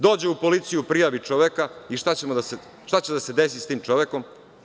Dođe u policiju, prijavi čoveka i šta će da se desi sa tim čovekom.